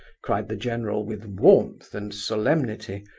cried the general, with warmth and solemnity,